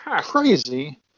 Crazy